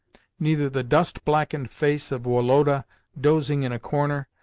neither the dust-blackened face of woloda dozing in a corner,